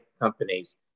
companies